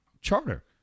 charter